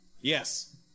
Yes